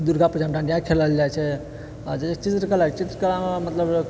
दुर्गापूजा मे डांडिया खेलल जाइत छै आ जे चित्रकला चित्रकलामे मतलब